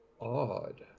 odd